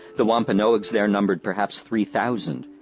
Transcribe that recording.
the wampanoags there numbered perhaps three thousand.